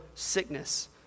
sickness